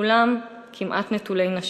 כולם כמעט נטולי נשים.